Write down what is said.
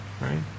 right